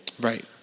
Right